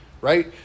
right